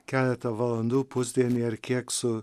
keletą valandų pusdienį ar kiek su